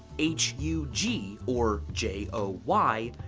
h u g. or j o y.